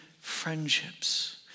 friendships